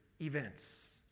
events